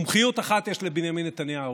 מומחיות אחת יש לבנימין נתניהו.